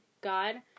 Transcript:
God